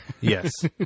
Yes